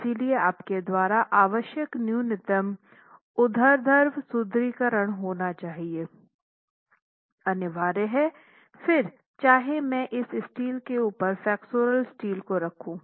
इसलिए आपके द्वारा आवश्यक न्यूनतम ऊर्ध्वाधर सुदृढीकरण होना अनिवार्य है फिर चाहे मैं इस स्टील के ऊपर फ्लेक्सुरल स्टील को रखूं